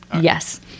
Yes